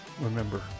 remember